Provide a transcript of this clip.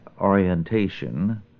orientation